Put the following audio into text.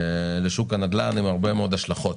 לשוק הנדל"ן, עם הרבה מאוד השלכות.